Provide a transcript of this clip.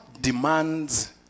demands